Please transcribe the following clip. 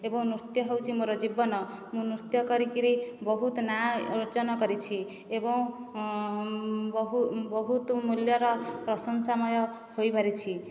ଏବଂ ନୃତ୍ୟ ହେଉଛି ମୋ'ର ଜୀବନ ମୁଁ ନୃତ୍ୟ କରିକରି ବହୁତ ନା ଅର୍ଜନ କରିଛି ଏବଂ ବହୁତ ମୂଲ୍ୟର ପ୍ରଶଂସାମୟ ହୋଇପାରିଛି